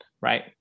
right